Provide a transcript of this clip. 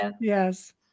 Yes